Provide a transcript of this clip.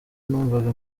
numvaga